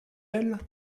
elles